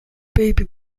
baby